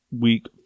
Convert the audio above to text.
week